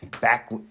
back